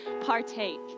partake